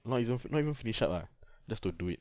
not even not even finish up ah just to do it